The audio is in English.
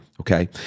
Okay